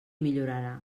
millorarà